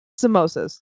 samosas